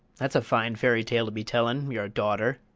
that's a fine fairy tale to be tellin' your daughter!